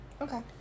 Okay